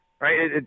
Right